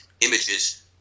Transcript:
images